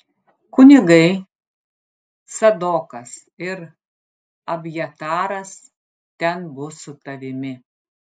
kunigai cadokas ir abjataras ten bus su tavimi